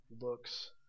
looks